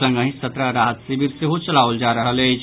संगहि सत्रह राहत शिविर सेहो चलाओल जा रहल अछि